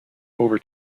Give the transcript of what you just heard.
over